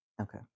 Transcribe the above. Okay